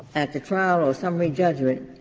at the trial or summary judgment.